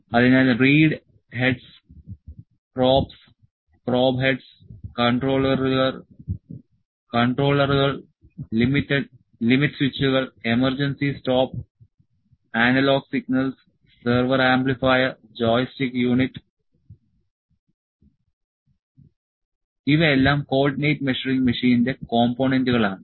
അതിനാൽ read heads probes probe heads കൺട്രോളറുകൾ limit സ്വിച്ചുകൾ എമർജൻസി സ്റ്റോപ്പ് അനലോഗ് സിഗ്നലുകൾ server amplifier joystick unit read heads probes probe heads controllers limit switches emergency stop analogue signals server amplifier joystick unit ഇവയെല്ലാം coordinate measuring മെഷീനിന്റെ കോംപോണന്റുകൾ ആണ്